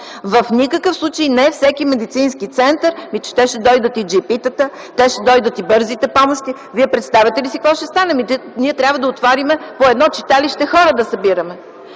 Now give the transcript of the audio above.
В никакъв случай не всеки медицински център, ми че те ще дойдат и джипитата, те ще дойдат и бързите помощи. Вие представяте ли си какво ще стане! Ние трябва да събираме по едно читалище хора. В такъв